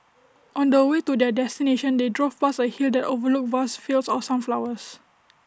on the way to their destination they drove past A hill that overlooked vast fields of sunflowers